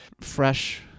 fresh